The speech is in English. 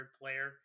player